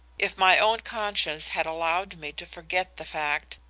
if my own conscience had allowed me to forget the fact,